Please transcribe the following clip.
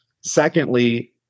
Secondly